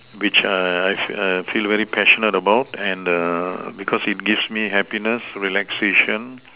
which I I feel very passionate about and because it gives me happiness relaxation